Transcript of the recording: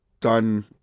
done